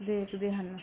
ਦੇਖਦੇ ਹਨ